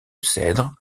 cèdre